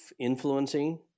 influencing